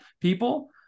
people